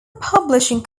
publishing